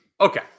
Okay